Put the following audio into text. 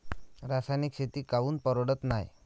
रासायनिक शेती काऊन परवडत नाई?